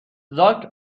زاک